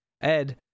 Ed